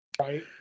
Right